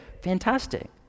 Fantastic